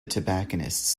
tobacconists